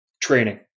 training